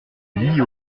lie